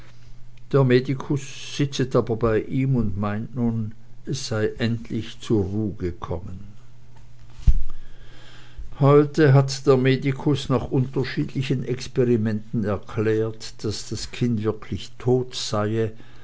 der medicus sitzet aber bey ihm und meint nun es sey endlich zur ruh gekommen heute hat der medicus nach unterschiedlichen experimenten erklärt daß das kind wirklich todt seye